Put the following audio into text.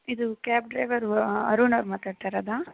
ಇದು cab driver ವ ಅರುಣ್ ಅವರು ಮಾತಾಡ್ತಾ ಇರೋದಾ